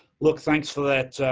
look, thanks for that,